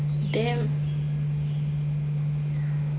damn